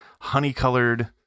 honey-colored